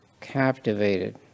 captivated